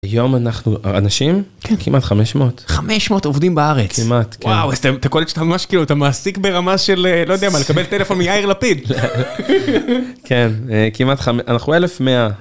היום אנחנו אנשים כמעט 500. 500 עובדים בארץ. כמעט כן. וואו, אז אתה קולט שאתה ממש מעסיק ברמה של, לא יודע מה, לקבל טלפון מיאיר לפיד? כן, אנחנו 1100.